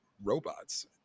robots